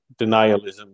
denialism